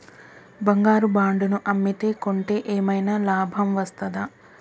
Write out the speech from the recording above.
బంగారు బాండు ను అమ్మితే కొంటే ఏమైనా లాభం వస్తదా?